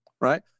right